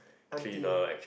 auntie